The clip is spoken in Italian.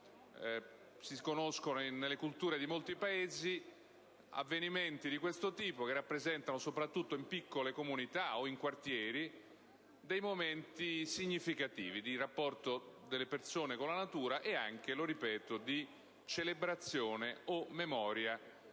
o commemorative. Nelle culture di molti Paesi si conoscono avvenimenti di questo tipo che rappresentano, soprattutto in piccole comunità o quartieri, momenti significativi di rapporto delle persone con la natura e anche di celebrazione o memoria